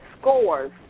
scores